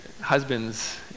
husbands